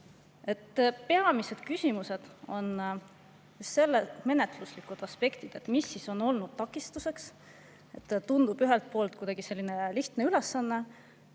Peamised küsimused on just menetluslikud aspektid, mis on olnud takistuseks. Tundub ühelt poolt kuidagi selline lihtne ülesanne,